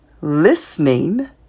listening